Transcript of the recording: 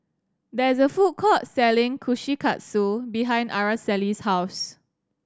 there is a food court selling Kushikatsu behind Araceli's house